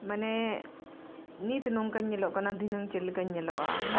ᱢᱟᱱᱮ ᱱᱤᱛ ᱱᱚᱝᱠᱟᱧ ᱧᱮᱞᱚᱜ ᱠᱟᱱᱟ ᱫᱷᱤᱱᱟᱹᱝ ᱪᱮᱫ ᱞᱮᱠᱟᱧ ᱧᱮᱞᱚᱜᱼᱟ